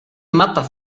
mapa